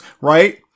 right